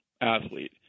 athlete